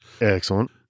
Excellent